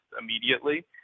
immediately